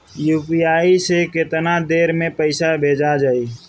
UPI से केतना देर मे पईसा भेजा जाई?